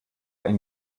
ein